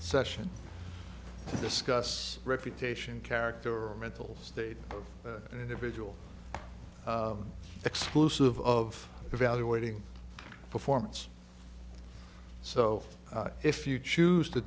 session to discuss reputation character or mental state of an individual explosive of evaluating performance so if you choose to